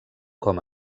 com